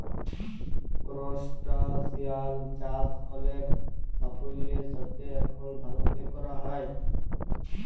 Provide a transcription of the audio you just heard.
করসটাশিয়াল চাষ অলেক সাফল্যের সাথে এখল ভারতে ক্যরা হ্যয়